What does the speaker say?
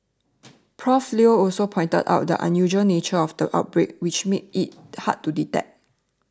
Prof Leo also pointed out the unusual nature of the outbreak which made it hard to detect